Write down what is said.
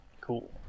cool